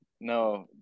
no